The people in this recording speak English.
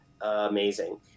amazing